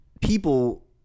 people